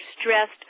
stressed